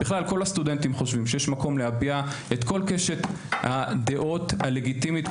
בכלל כל הסטודנטים חושבים שיש מקום להביע את כל קשת הדעות הלגיטימיות,